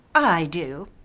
i do,